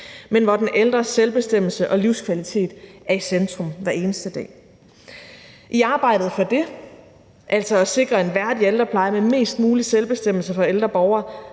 men hvor den ældres selvbestemmelse og livskvalitet er i centrum hver eneste dag. I arbejdet for det, altså at sikre en værdig ældrepleje med mest mulig selvbestemmelse for ældre borgere,